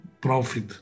profit